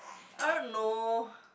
I don't know